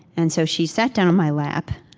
and so she sat down in my lap,